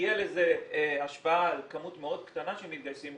תהיה לזה השפעה על כמות מאוד קטנה שמתגייסים.